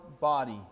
body